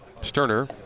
Sterner